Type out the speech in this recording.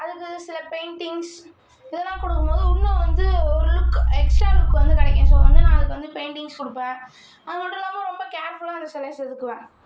அதுக்கு சில பெயிண்ட்டிங்ஸ் இதெல்லாம் கொடுக்கும் போது இன்னும் வந்து ஒரு லுக் எக்ஸ்ட்ரா லுக் வந்து கிடைக்கும் ஸோ வந்து நான் அதுக்கு வந்து பெயிண்ட்டிங்ஸ் கொடுப்பேன் அது மட்டும் இல்லாமல் ரொம்ப கேர்ஃபுல்லாக அந்த சிலய செதுக்குவேன்